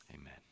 amen